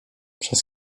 przez